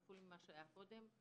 כפול ממה שהיה קודם.